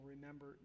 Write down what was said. remember